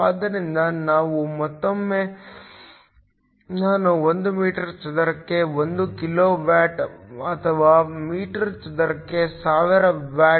ಆದ್ದರಿಂದ ಮತ್ತೊಮ್ಮೆ ನಾನು 1 ಮೀಟರ್ ಚದರಕ್ಕೆ 1 ಕಿಲೋ ವ್ಯಾಟ್ ಅಥವಾ ಮೀಟರ್ ಚದರಕ್ಕೆ 1000 ವ್ಯಾಟ್